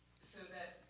so that